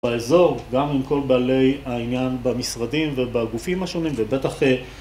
באזור גם עם כל בעלי העניין במשרדים ובגופים השונים ובטח